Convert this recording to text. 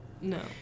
no